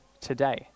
today